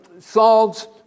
Saul's